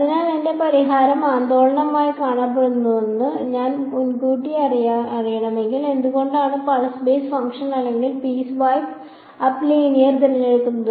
അതിനാൽ എന്റെ പരിഹാരം ആന്ദോളനമായി കാണപ്പെടുമെന്ന് എനിക്ക് മുൻകൂട്ടി അറിയാമെങ്കിൽ എന്തുകൊണ്ടാണ് പൾസ് ബേസ് ഫംഗ്ഷൻ അല്ലെങ്കിൽ പീസ്വൈസ് അപ്പ് ലീനിയർ തിരഞ്ഞെടുക്കുന്നത്